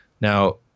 Now